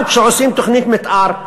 גם כשעושים תוכנית מתאר,